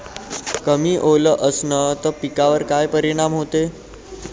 कमी ओल असनं त पिकावर काय परिनाम होते?